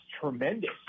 tremendous